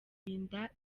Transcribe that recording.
kurinda